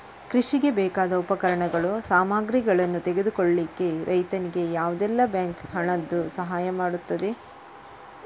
ಕೃಷಿಗೆ ಬೇಕಾದ ಉಪಕರಣಗಳು, ಸಾಮಗ್ರಿಗಳನ್ನು ತೆಗೆದುಕೊಳ್ಳಿಕ್ಕೆ ರೈತನಿಗೆ ಯಾವುದೆಲ್ಲ ಬ್ಯಾಂಕ್ ಹಣದ್ದು ಸಹಾಯ ಮಾಡ್ತದೆ?